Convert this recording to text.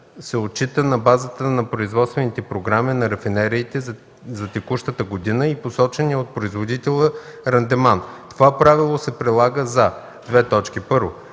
се отчита на базата на производствените програми на рафинериите за текущата година и посочения от производителя рандеман. Това правило се прилага за: 1. до